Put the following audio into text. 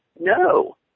No